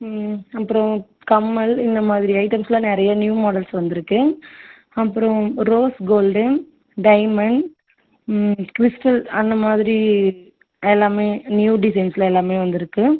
அப்றம் கம்மல் இந்த மாதிரி ஐட்டம்ஸ்லாம் நிறைய நியூ மாடல்ஸ் வந்திருக்கு அப்றம் ரோஸ் கோல்டு டைமண்ட் க்ரிஸ்டல் அந்த மாதிரி எல்லாமே நியூ டிஸைன்ஸில் எல்லாமே வந்திருக்கு